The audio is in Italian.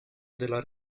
della